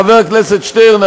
חבר הכנסת שטרן,